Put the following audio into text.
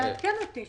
אדוני היושב-ראש,